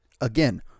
again